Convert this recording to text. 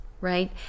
right